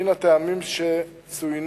מן הטעמים שצוינו,